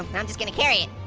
and i'm just gonna carry it.